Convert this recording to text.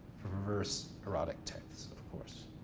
perverse erotic texts, of course,